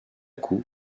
coup